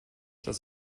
das